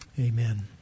Amen